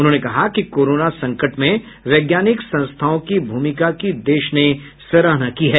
उन्होंने कहा कि कोरोना संकट में वैज्ञानिक संस्थाओं की भूमिका की देश ने सराहना की है